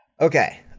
Okay